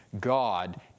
God